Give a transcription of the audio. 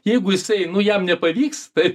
jeigu jisai nu jam nepavyks taip